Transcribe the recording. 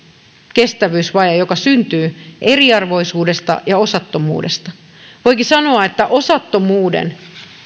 kestävyysvaje joka syntyy eriarvoisuudesta ja osattomuudesta voikin sanoa että osattomuuden